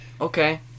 Okay